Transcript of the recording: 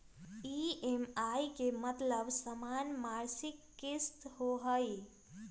EMI के मतलब समान मासिक किस्त होहई?